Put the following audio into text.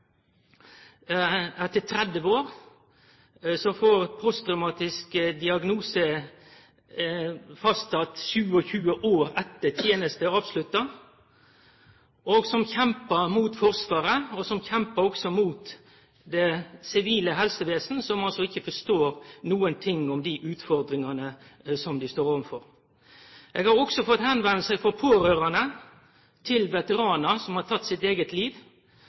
etter 30 år, som får posttraumatisk diagnose fastsett 27 år etter at tenesta er avslutta, og som kjempar mot Forsvaret og det sivile helsevesenet, som ikkje forstår noko av dei utfordringane dei står overfor. Eg har òg fått tilbakemeldingar frå pårørande til vetaranar som har teke sitt eige liv.